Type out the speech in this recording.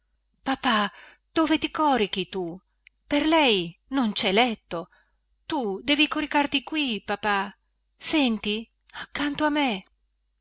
papà dove ti corichi tu per lei non cè letto tu devi coricarti qui papà senti accanto a me